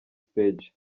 stage